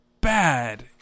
bad